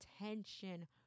attention